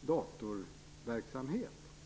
dataverksamhet.